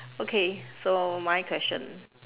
okay so my question